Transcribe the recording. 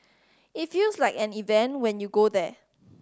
it feels like an event when you go there